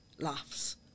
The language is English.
Laughs